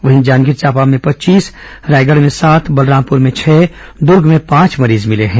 वहीं जांजगीर चांपा में पच्चीस रायगढ़ में सात बलरामपुर में छह दूर्ग में पांच मरीज मिले हैं